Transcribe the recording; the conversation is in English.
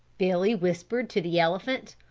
billy whispered to the elephant.